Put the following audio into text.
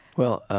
well,